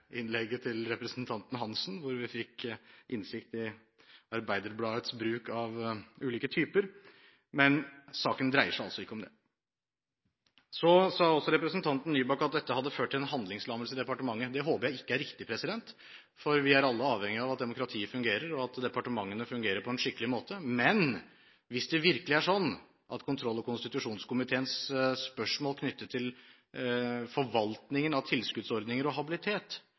innlegget til representanten Hansen, hvor vi fikk innsikt i Arbeiderbladets bruk av ulike skrifttyper – men saken dreier seg altså ikke om det. Representanten Nybakk sa også at dette hadde ført til en handlingslammelse i departementet. Det håper jeg ikke er riktig, for vi er alle avhengige av at demokratiet fungerer, og at departementene fungerer på en skikkelig måte. Men hvis det virkelig er sånn at kontroll- og konstitusjonskomiteens spørsmål knyttet til forvaltningen av tilskuddsordninger og habilitet